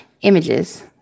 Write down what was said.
Images